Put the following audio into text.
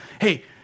hey